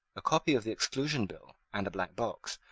a copy of the exclusion bill, and a black box,